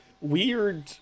weird